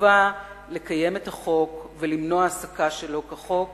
החובה לקיים את החוק ולמנוע העסקה שלא כחוק